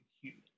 human